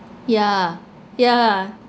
yeah yeah